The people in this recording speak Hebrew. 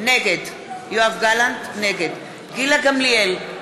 נגד גילה גמליאל,